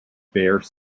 bare